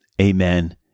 Amen